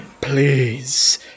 please